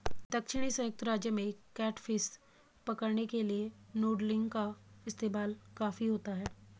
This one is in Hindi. दक्षिणी संयुक्त राज्य में कैटफिश पकड़ने के लिए नूडलिंग का इस्तेमाल काफी होता है